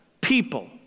People